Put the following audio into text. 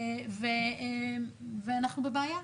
ואנחנו בבעיה.